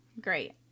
Great